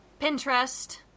Pinterest